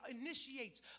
initiates